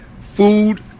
food